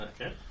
Okay